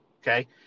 Okay